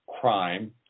crime